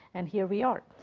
and here we are.